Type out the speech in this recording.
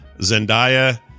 Zendaya